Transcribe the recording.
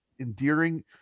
endearing